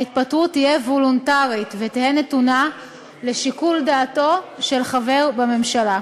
ההתפטרות תהיה וולונטרית ותהא נתונה לשיקול דעתו של חבר בממשלה.